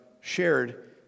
shared